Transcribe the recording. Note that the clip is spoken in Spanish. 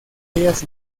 ellas